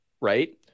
right